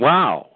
Wow